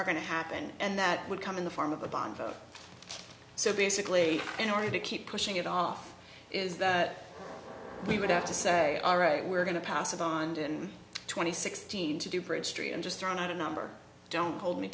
are going to happen and that would come in the form of a bond so basically in order to keep pushing it off is that we would have to say all right we're going to pass a bond in two thousand and sixteen to do bridge street and just turn out a number don't hold me